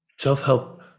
Self-help